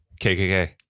KKK